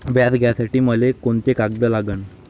व्याज घ्यासाठी मले कोंते कागद लागन?